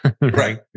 Right